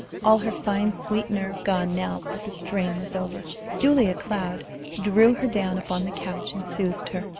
all her fine, sweet nerve gone now that the strain was over. julia cloud drew her down upon the couch, and soothed her,